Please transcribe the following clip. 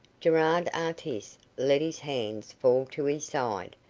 gerard artis let his hands fall to his side,